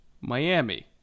Miami